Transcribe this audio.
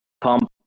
pump